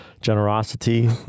generosity